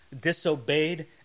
disobeyed